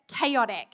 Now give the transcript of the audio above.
chaotic